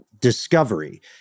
Discovery